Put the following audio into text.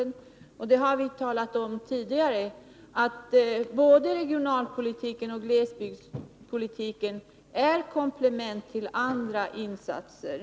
Vi har tidigare här talat om att både regionalpolitiken och glesbygdspolitiken är komplement till andra insatser.